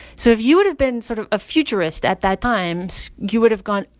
so if you would've been sort of a futurist at that times, you would've gone,